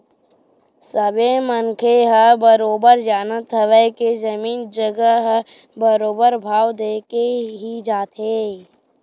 सबे मनखे ह बरोबर जानत हवय के जमीन जघा ह बरोबर भाव देके ही जाथे